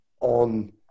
on